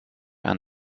aan